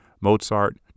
Mozart